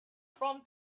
from